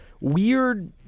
weird